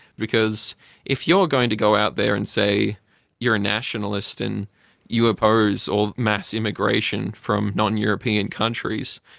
because if you're going to go out there and say you're a nationalist and you oppose all mass immigration from non-european countries,